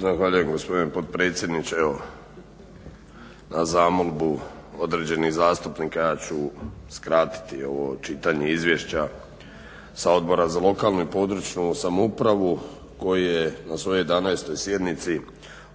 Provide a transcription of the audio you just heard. Zahvaljujem gospodine potpredsjedniče. Evo na zamolbu određenih zastupnika ja ću skratiti ovo čitanje izvješća sa Odbora za lokalnu i područnu samoupravu koje je na svojoj 11. sjednici